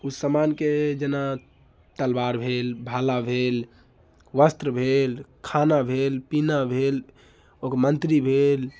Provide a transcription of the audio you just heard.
ओ समानके जेना तलबार भेल भाला भेल वस्त्र भेल खाना भेल पीना भेल ओकर मंत्री भेल